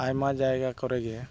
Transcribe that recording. ᱟᱭᱢᱟ ᱡᱟᱭᱜᱟ ᱠᱚᱨᱮᱜᱮ